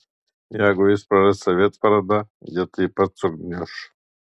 jeigu jis praras savitvardą ji taip pat sugniuš